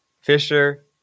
Fisher